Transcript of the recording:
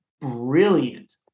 brilliant